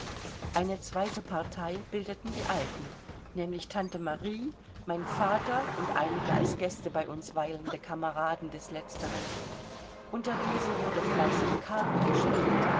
eine zweite partei bildeten die alten nämlich tante marie mein vater und einige als gäste bei uns weilende kameraden des letzteren unter diesen wurde fleißig karten gespielt